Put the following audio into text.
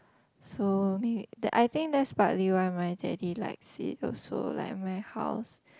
so me that I think that's partly why my daddy likes it also like my house